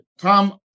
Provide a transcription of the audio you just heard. Tom